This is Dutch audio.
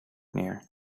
neer